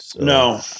no